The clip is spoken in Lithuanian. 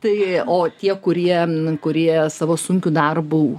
tai o tie kurie kurie savo sunkiu darbu